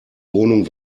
wohnung